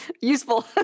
useful